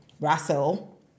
Russell